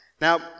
Now